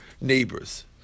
neighbors